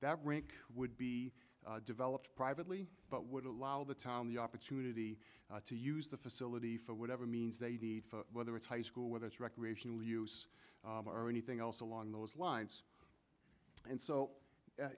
that rink would be developed privately but would allow the town the opportunity to use the facility for whatever means they need whether it's high school whether it's recreational use or anything else along those lines and so